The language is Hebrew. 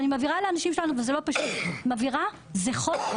ואני מבהירה לאנשים שלנו וזה לא פשוט מבהירה שזה חוק,